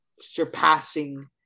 surpassing